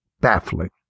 Baffling